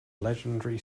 legendary